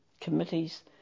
committees